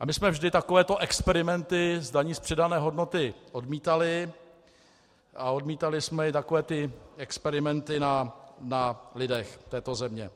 A my jsme vždy takovéto experimenty s daní z přidané hodnoty odmítali, a odmítali jsme i takové ty experimenty na lidech této země.